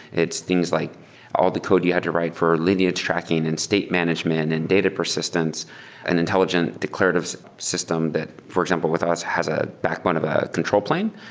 it's things like all the code you had to write for lineage tracking and state management and data persistence and intelligent declarative system that, for example, with us has a backbone of a control plane.